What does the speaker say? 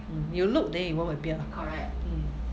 mm you look then it won't appear mm